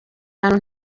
hantu